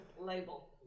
Label